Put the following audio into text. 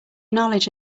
knowledge